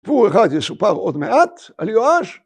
אחד יסופר עוד מעט על יואש.